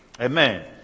Amen